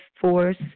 force